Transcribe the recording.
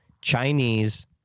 Chinese